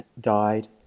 died